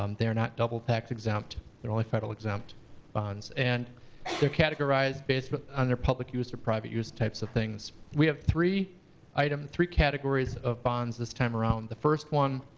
um they're not double tax exempt, they're only federal exempt bonds. and they're categorized based but on their public use or private use types of things. we have three item, three categories of bonds this time around. the first one